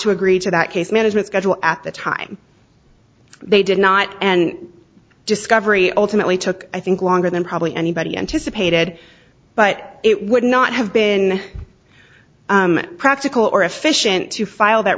to agree to that case management schedule at the time they did not and discovery ultimately took i think longer than probably anybody anticipated but it would not have been practical or efficient to file that